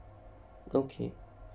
okay